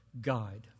guide